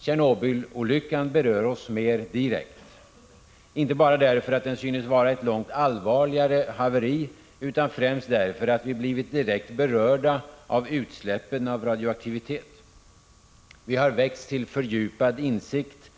Tjernobylolyckan berör oss mer direkt, inte bara därför att det synes vara ett långt allvarligare haveri utan främst därför att vi blivit direkt berörda av utsläppen av radioaktivitet. Vi har väckts till fördjupad insikt